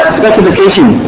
specification